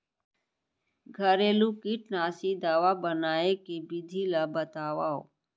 घरेलू कीटनाशी दवा बनाए के विधि ला बतावव?